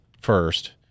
first